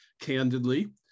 candidly